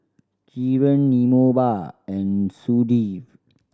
Kiran Vinoba and Sudhir